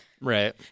right